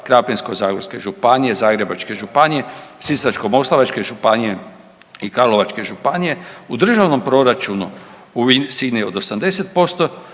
Krapinsko-zagorske županije, Zagrebačke županije, Sisačko-moslavačke županije i Karlovačke županije u državnom proračunu u visini od 80%